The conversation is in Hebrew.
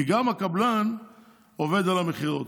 כי גם הקבלן עובד על המכירות.